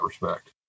respect